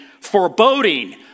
foreboding